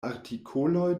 artikoloj